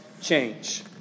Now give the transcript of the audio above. change